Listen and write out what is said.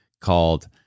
called